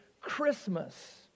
Christmas